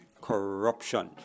Corruption